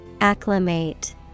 Acclimate